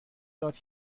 داد